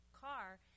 car